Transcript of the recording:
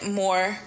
more